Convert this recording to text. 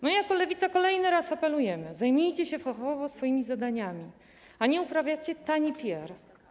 My jako Lewica kolejny raz apelujemy: zajmijcie się fachowo swoimi zadaniami, a nie uprawiacie tani PR.